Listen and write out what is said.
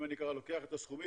אם אני לוקח את הסכומים,